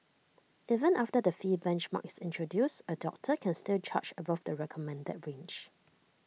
even after the fee benchmark is introduced A doctor can still charge above the recommended range